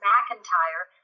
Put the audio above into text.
McIntyre